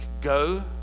go